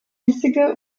einzige